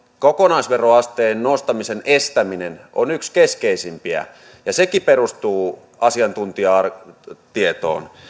kokonaisveroasteen nostamisen estäminen on yksi keskeisimpiä ja sekin perustuu asiantuntijatietoon